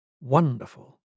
wonderful